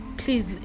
Please